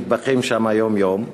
נטבחים שם יום-יום,